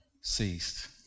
ceased